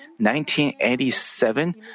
1987